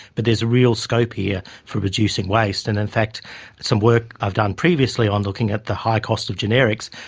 but there is real scope here for reducing waste. and in fact some work i've done previously on looking at the high costs of generics,